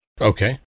Okay